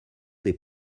des